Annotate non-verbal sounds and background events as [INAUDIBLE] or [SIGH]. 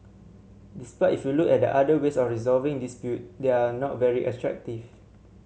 despite if you look at the other ways of resolving dispute they are not very [UNINTELLIGIBLE]